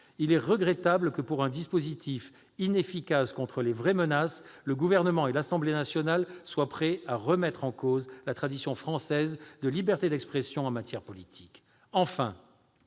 Il est regrettable que, pour un dispositif inefficace contre les vraies menaces, le Gouvernement et l'Assemblée nationale soient prêts à remettre en cause la tradition française de liberté d'expression en matière politique.